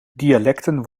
dialecten